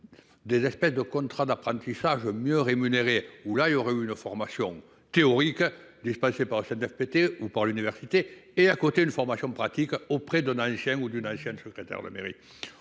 Des aspects de contrats d'apprentissage mieux rémunérés où là il y aurait eu une formation théorique. Dispatchés par adapter ou par l'université et à côté une formation pratique auprès d'un ancien ou d'une ancienne secrétaire de mairie